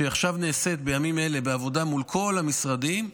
שעכשיו נעשית בימים אלה בעבודה מול כל המשרדים,